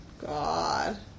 God